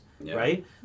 right